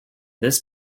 this